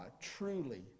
truly